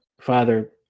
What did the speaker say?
father